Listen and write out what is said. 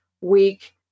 week